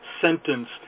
sentence